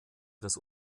das